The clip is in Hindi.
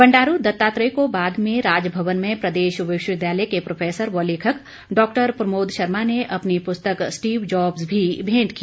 बंडारू दत्तात्रेय को बाद में राजभवन में प्रदेश विश्वविद्यालय के प्रोफेसर व लेखक डॉक्टर प्रमोद शर्मा ने अपनी पुस्तक स्टीव जॉब्स भेंट की